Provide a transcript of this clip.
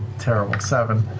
terrible, seven.